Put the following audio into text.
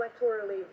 electorally